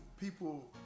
people